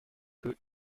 feu